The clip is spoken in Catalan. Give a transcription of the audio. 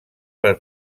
per